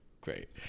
Great